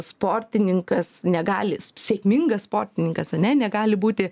sportininkas negalis sėkmingas sportininkas ane negali būti